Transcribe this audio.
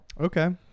Okay